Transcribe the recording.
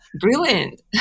brilliant